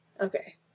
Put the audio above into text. Okay